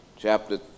chapter